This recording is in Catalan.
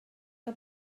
que